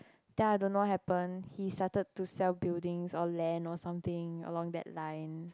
then I don't know what happen he started to sell buildings or land or something along that line